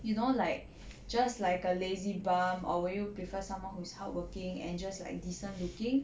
you know like just like a lazy bum or would you prefer someone who is hardworking and just like decent looking